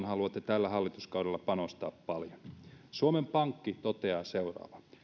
haluatte tällä hallituskaudella panostaa paljon tutkittuun tietoon suomen pankki toteaa seuraavaa